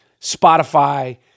Spotify